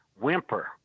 whimper